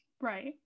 right